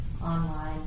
Online